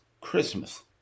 Christmas